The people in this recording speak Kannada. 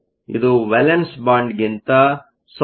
ಇದು ವೇಲೆನ್ಸ್ ಬ್ಯಾಂಡ್ ಗಿಂತ 0